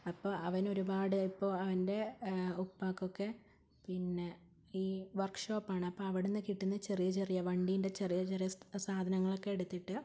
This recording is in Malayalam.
അപ്പോൾ അവനൊരുപാട് ഇപ്പോൾ അവൻ്റെ ഉപ്പാക്കൊക്കെ പിന്നെ ഈ വർക്ക് ഷോപ്പാണ് അപ്പോൾ അവിടെ നിന്ന് കിട്ടുന്ന ചെറിയ ചെറിയ വണ്ടീൻ്റെ ചെറിയ ചെറിയ സാധനങ്ങളൊക്കെ എടുത്തിട്ട്